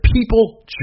people